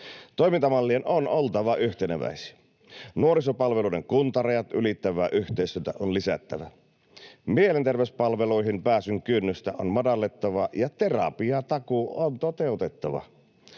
Toimintamallien on oltava yhteneväisiä. Nuorisopalveluiden kuntarajat ylittävää yhteistyötä on lisättävä. Mielenterveyspalveluihin pääsyn kynnystä on madallettava ja terapiatakuu on toteutettava.